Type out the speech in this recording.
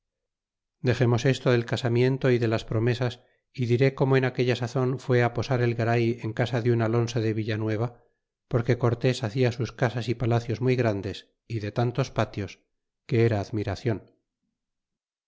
dexemos esto del casamiento y de las promesas y diré corno en aquella sazon fué posar el garay en casa de un alonso de villanueva porque cortés hacia sus casas y palacio muy grandes y de tantos patios que era admiracion